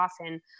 often